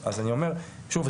שוב,